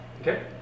okay